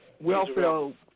welfare